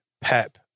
Pep